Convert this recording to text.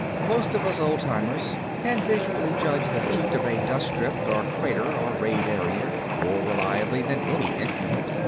most of us old-timers can visually judge the heat of a dust drift or crater or rayed area more reliably than any instrument.